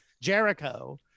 Jericho